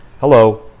Hello